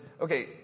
okay